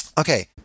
Okay